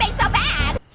so bad.